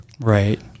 right